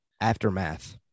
aftermath